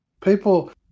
People